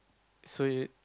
so you